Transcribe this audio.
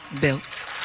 built